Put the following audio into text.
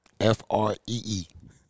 F-R-E-E